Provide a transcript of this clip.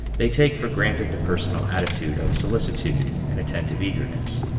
they take for granted the personal attitude of solicitude and attentive eagerness.